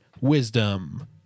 wisdom